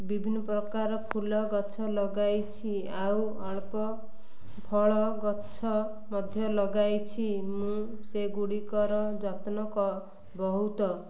ବିଭିନ୍ନ ପ୍ରକାର ଫୁଲ ଗଛ ଲଗାଇଛି ଆଉ ଅଳ୍ପ ଫଳ ଗଛ ମଧ୍ୟ ଲଗାଇଛି ମୁଁ ସେଗୁଡ଼ିକର ଯତ୍ନ କ ବହୁତ